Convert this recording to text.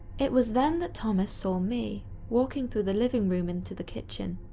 it was then that thomas saw me walking through the living room into the kitchen.